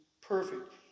perfect